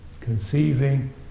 Conceiving